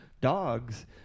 dogs